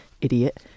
idiot